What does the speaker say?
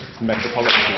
Metropolitan